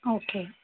okay